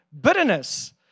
Bitterness